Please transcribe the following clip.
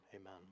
amen